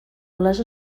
les